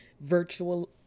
virtual